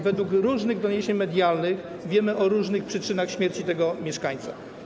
Według różnych doniesień medialnych wiemy o różnych przyczynach śmierci tego mieszkańca.